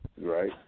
Right